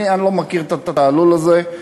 אני לא מכיר את התעלול הזה.